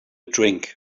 drink